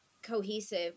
cohesive